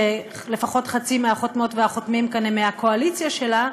שלפחות חצי מהחותמות והחותמים כאן הם מהקואליציה שלה,